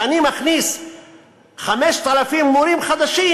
ואני מכניס 5,000 מורים חדשים,